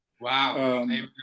Wow